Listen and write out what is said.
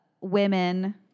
women